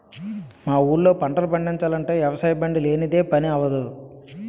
మా ఊళ్ళో పంటలు పండిచాలంటే వ్యవసాయబండి లేనిదే పని అవ్వదు